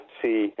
see